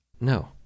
No